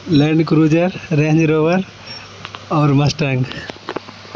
land Cruiser Range Rover اور Mustang